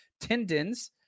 tendons